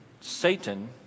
Satan